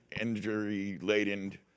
injury-laden